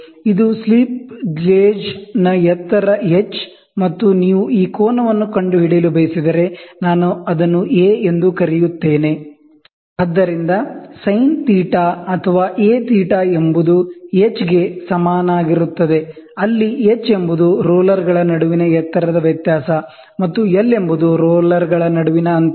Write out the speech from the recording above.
ಇದು slip gauge ನ ಎತ್ತರ ಎಚ್ ಮತ್ತು ನೀವು ಈ ಕೋನವನ್ನು ಕಂಡುಹಿಡಿಯಲು ಬಯಸಿದರೆ ನಾನು ಅದನ್ನು A ಎಂದು ಕರೆಯುತ್ತೇನೆ ಆದ್ದರಿಂದ ಸೈನ್ θ sin θ ಅಥವಾ A θ ಎಂಬುದು ಎಚ್ ಗೆ ಸಮನಾಗಿರುತ್ತದೆ ಅಲ್ಲಿ h ಎಂಬುದು ರೋಲರ್ಗಳ ನಡುವಿನ ಎತ್ತರದ ವ್ಯತ್ಯಾಸ ಮತ್ತು ಎಲ್ ಎಂಬುದು ರೋಲರ್ಗಳ ನಡುವಿನ ಅಂತರ